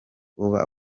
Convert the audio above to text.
uba